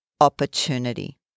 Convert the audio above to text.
opportunity